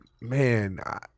man